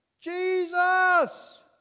Jesus